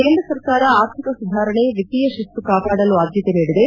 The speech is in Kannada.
ಕೇಂದ್ರ ಸರ್ಕಾರ ಆರ್ಥಿಕ ಸುಧಾರಣೆ ವಿತೀಯ ಶಿಸ್ತು ಕಾಪಾಡಲು ಆದ್ದತೆ ನೀಡಿದೆ